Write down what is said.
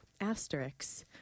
Asterix